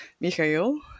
Michael